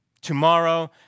Tomorrow